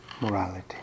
morality